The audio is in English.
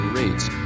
rates